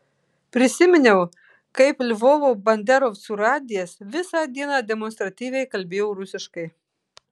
prisiminiau kaip lvovo banderovcų radijas visą dieną demonstratyviai kalbėjo rusiškai